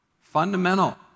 Fundamental